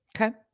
Okay